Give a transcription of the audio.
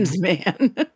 man